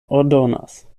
ordonas